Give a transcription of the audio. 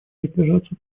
воздержаться